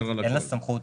אין לה סמכות החלטה.